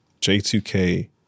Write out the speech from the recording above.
J2K